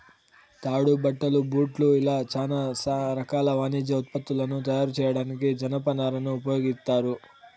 తాడు, బట్టలు, బూట్లు ఇలా చానా రకాల వాణిజ్య ఉత్పత్తులను తయారు చేయడానికి జనపనారను ఉపయోగిత్తారు